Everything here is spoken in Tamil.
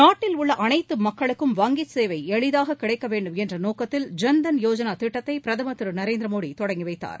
நாட்டில் உள்ள அனைத்து மக்களுக்கும் வங்கிச் சேவை எளிதாக கிடைக்க வேண்டும் என்ற நோக்கத்தில் ஜன்தன் யோஜனா திட்டத்தை பிரதமர் திரு நரேந்திரமோடி தொடங்கி வைத்தார்